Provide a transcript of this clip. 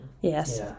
Yes